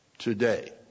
Today